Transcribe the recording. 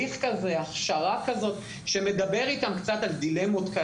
שלהם גם הכשרה שמדברת איתם קצת על דילמות,